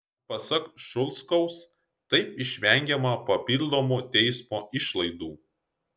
pasak šulskaus taip išvengiama papildomų teismo išlaidų